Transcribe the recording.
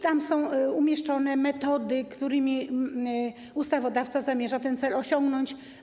Tam są umieszczone metody, którymi ustawodawca zamierza ten cel osiągnąć.